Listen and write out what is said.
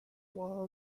war